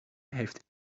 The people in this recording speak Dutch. heeft